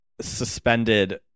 suspended